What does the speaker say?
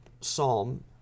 Psalm